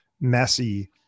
messy